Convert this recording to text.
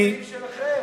אלה המצביעים שלכם.